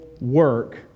work